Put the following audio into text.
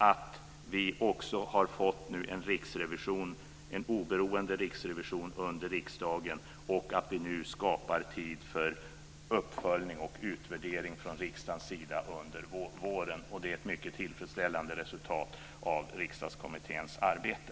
Nu har vi också fått en oberoende riksrevision under riksdagen och skapar tid för uppföljning och utvärdering från riksdagen under våren. Det är ett mycket tillfredsställande resultat av Riksdagskommitténs arbete.